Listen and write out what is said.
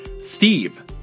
Steve